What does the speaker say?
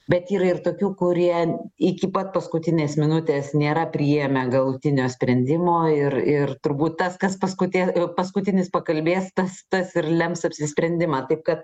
bet yra ir tokių kurie iki pat paskutinės minutės nėra priėmę galutinio sprendimo ir ir turbūt tas kas paskutė paskutinis pakalbės tas tas ir lems apsisprendimą taip kad